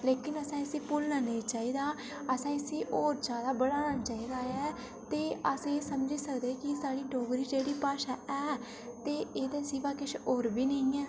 लेकिन असें इसी भुल्लना नेईं चाही दा असें इसी होर जादा बढ़ाना चाहिदा ऐ ते अस एह् समझी सकदे कि साढ़ी डोगरी जेह्ड़ी भाशा ऐ ते एह्दे सिवा किश होर बी नेईं ऐ